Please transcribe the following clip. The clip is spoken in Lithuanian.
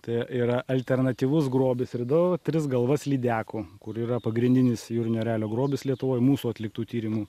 tai yra alternatyvus grobis radau tris galvas lydekų kur yra pagrindinis jūrinio erelio grobis lietuvoj mūsų atliktų tyrimų